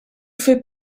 fais